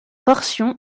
portion